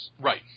Right